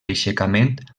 aixecament